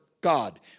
God